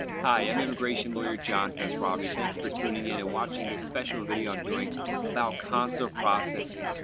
hi, i'm immigration lawyer john khosravi. thank you for tuning in and watching this special video i'm doing about consular processing,